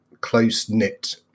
close-knit